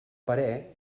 parer